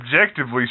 objectively